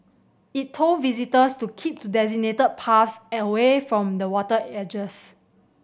it told visitors to keep to designated paths and away from the water edges